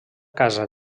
casa